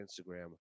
Instagram